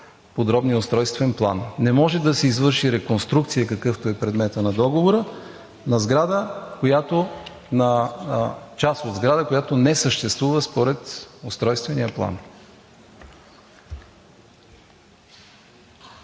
подробния устройствен план. Не може да се извърши реконструкция, какъвто е предметът на договора на част от сграда, която не съществува според Устройствения план.